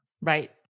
right